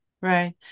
Right